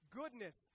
goodness